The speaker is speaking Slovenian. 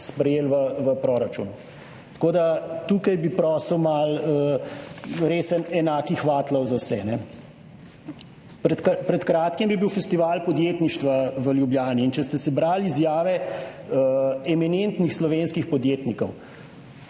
sprejeli v proračun. Tako da tukaj bi prosil malo res enakih vatlov za vse, ne? Pred kratkim je bil festival podjetništva v Ljubljani in če ste si brali izjave eminentnih slovenskih podjetnikov.